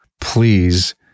please